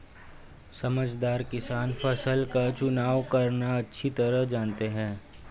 समझदार किसान फसल का चुनाव करना अच्छी तरह जानते हैं